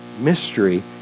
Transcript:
mystery